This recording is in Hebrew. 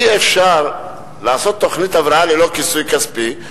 אי-אפשר לעשות תוכנית הבראה ללא כיסוי כספי,